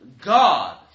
God